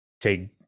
take